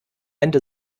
ende